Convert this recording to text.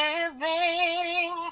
Living